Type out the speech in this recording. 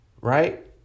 Right